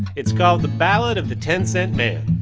it's called the ballad of the ten cent man.